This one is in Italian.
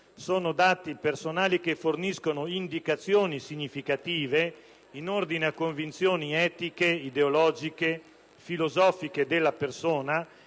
Sono dati personali che forniscono indicazioni significative in ordine a convinzioni etiche, ideologiche e filosofiche della persona